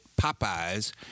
Popeyes